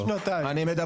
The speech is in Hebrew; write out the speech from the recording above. שנתיים.